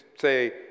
say